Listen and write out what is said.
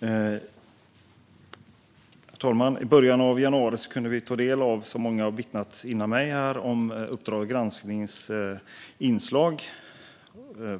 Herr talman! I början av januari kunde vi ta del av, som många har vittnat om före mig, Uppdrag gransknings inslag